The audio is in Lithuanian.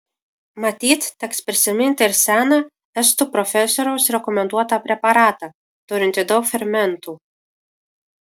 matyt teks prisiminti ir seną estų profesoriaus rekomenduotą preparatą turintį daug fermentų